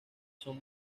son